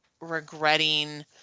regretting